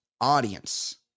audience